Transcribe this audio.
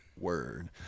Word